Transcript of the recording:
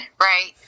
right